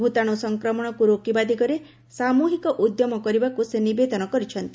ଭୂତାଣୁ ସଂକ୍ରମଣକୁ ରୋକିବା ଦିଗରେ ସାମୃହିକ ଉଦ୍ୟମ କରିବାକୁ ସେ ନିବେଦନ କରିଛନ୍ତି